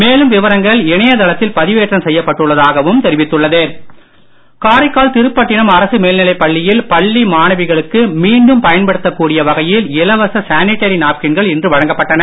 மேலும் விவரங்கள் சென்டாக் இணையதளத்தில் பதிவேற்றம் செய்யப்பட்டுள்ளதாகவும் தெரிவித்துள்ளது காரைக்கால் திருப்பட்டிணம் அரசு மேல்நிலைப் பள்ளியில் பள்ளி மாணவிகளுக்கு மீண்டும் பயன்படுத்தக் கூடிய வகையில் இலவச சானிடரி நாப்கின்கள் இன்று வழங்கப்பட்டன